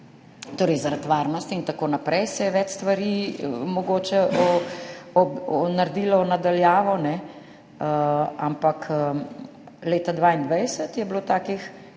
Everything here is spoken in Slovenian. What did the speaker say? torej zaradi varnosti in tako naprej se je več stvari mogoče naredilo na daljavo. Ampak leta 2022 je bilo takih